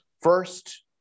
First